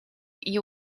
you